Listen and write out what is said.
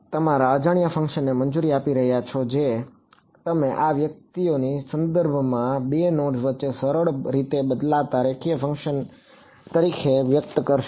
તમે તમારા અજાણ્યા ફંક્શનને મંજૂરી આપી રહ્યા છો જે તમે આ વ્યક્તિઓના સંદર્ભમાં 2 નોડ્સ વચ્ચે સરળ રીતે બદલાતા રેખીય ફંકશન તરીકે વ્યક્ત કરશો